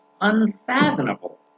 unfathomable